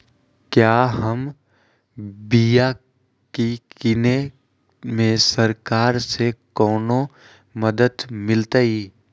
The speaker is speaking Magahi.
क्या हम बिया की किने में सरकार से कोनो मदद मिलतई?